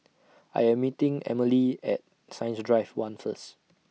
I Am meeting Emmalee At Science Drive one First